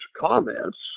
comments